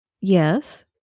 Yes